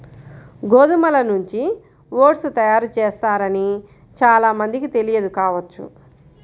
గోధుమల నుంచి ఓట్స్ తయారు చేస్తారని చాలా మందికి తెలియదు కావచ్చు